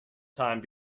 time